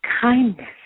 kindness